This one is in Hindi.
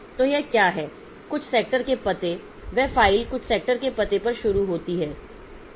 तो यह क्या है कुछ सेक्टर के पते वह फाइल कुछ सेक्टर के पते पर शुरू होती है